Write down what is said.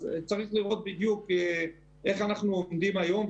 צריך לראות בדיוק איפה אנחנו עומדים היום,